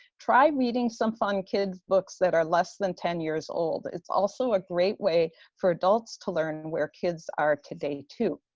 try meeting some fun kids books that are less than ten years old. it's also a great way for adults to learn where kids are today too.